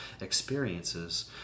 experiences